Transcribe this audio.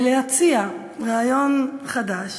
ולהציע רעיון חדש.